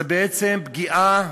בעצם פגיעה